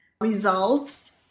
results